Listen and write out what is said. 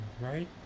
right